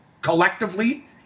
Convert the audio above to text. collectively